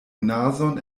nazon